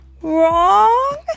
Wrong